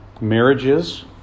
marriages